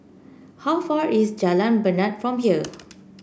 how far is Jalan Bena from here